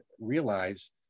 realize